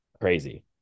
crazy